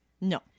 No